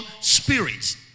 spirit